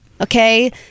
okay